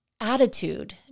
attitude